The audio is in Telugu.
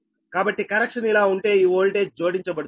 కాబట్టి కనెక్షన్ ఇలా ఉంటే ఈ వోల్టేజ్ జోడించబడుతుంది